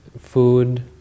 food